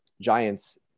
giants